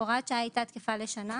הוראת השעה הייתה תקפה לשנה,